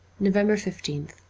november fifteenth